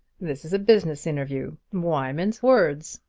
this is a business interview. why mince words?